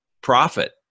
profit